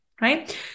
right